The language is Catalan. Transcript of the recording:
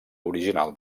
original